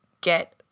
get